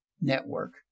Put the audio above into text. network